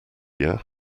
year